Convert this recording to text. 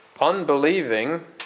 unbelieving